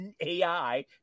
AI